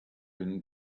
been